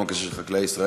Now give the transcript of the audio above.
מצבם הקשה של חקלאי ישראל,